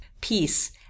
peace